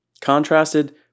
Contrasted